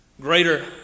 Greater